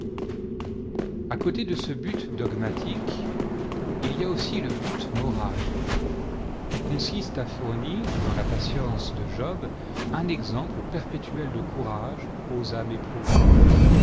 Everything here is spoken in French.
a côté de ce but dogmatique il y a aussi le but moral qui consiste à fournir dans la patience de job un exemple perpétuel de courage aux âmes éprouvées